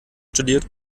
studiert